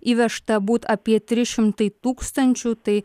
įvežta būt apie trys šimtai tūkstančių tai